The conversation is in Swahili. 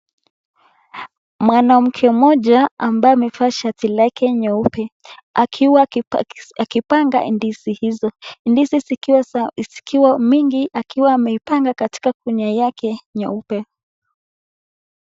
Mwanamke mmoja ambaye amevaa shati lake nyeupe akiwa akipanga ndizi hizo. Ndizi zikiwa za zikiwa mingi akiwa ameipanga katika gunia yake nyeupe.